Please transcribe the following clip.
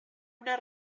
una